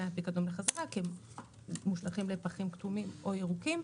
הפיקדון בחזרה כי הם --- לפחים כתומים או ירוקים,